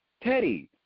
Teddy